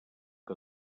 que